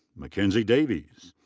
mackenzie davies.